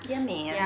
ya man